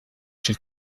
chez